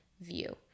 view